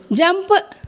jump